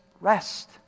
rest